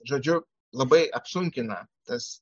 žodžiu labai apsunkina tas